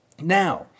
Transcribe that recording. Now